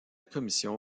commission